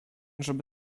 żeby